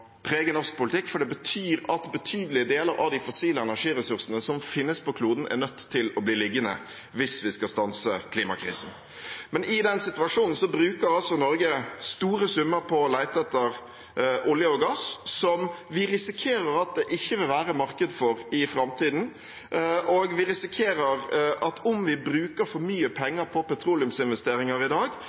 norsk politikk, for det betyr at betydelige deler av de fossile energiressursene som finnes på kloden, er nødt til å bli liggende hvis vi skal stanse klimakrisen. I den situasjonen bruker altså Norge store summer på å lete etter olje og gass som vi risikerer at det ikke vil være marked for i framtiden, og vi risikerer at om vi bruker for mye penger på petroleumsinvesteringer i dag,